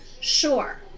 Sure